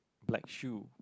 black shoe